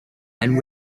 and